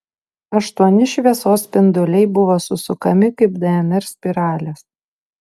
aštuoni šviesos spinduliai buvo susukami kaip dnr spiralės